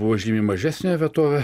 buvo žymiai mažesnė vietovė